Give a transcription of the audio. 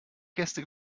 gäste